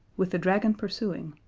with the dragon pursuing,